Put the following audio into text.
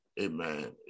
Amen